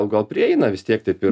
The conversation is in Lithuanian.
o gal prieina vis tiek taip ir